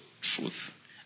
truth